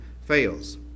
fails